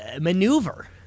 maneuver